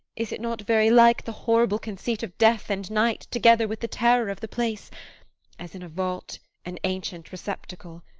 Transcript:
is it not very like the horrible conceit of death and night, together with the terror of the place as in a vault, an ancient receptacle,